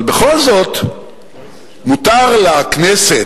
אבל בכל זאת מותר לכנסת,